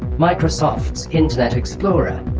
microsoft's internet explorer